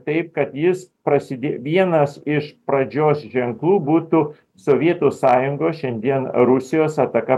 tai kad jis prasidė vienas iš pradžios ženklų būtų sovietų sąjungos šiandien rusijos ataka